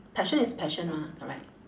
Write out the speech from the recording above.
passion is passion ah correct